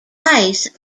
ice